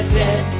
dead